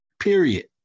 period